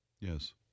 Yes